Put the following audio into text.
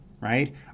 right